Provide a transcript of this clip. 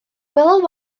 gwelodd